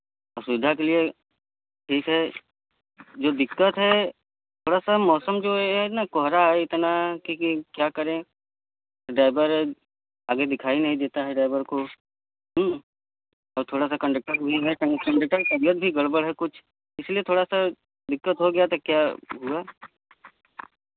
असुविधा के लिए ठीक है जो दिक्कत है थोड़ा सा मौसम जो यह है ना कोहरा है इतना कि की क्या करें डाईवर आगे दिखाई नहीं देता है डाईवर को और थोड़ा सा कंडेक्टर भी कंडेक्टर की तबियत भी गड़बड़ है कुछ इसलिए थोड़ा सा दिक्कत हो गया था क्या हुआ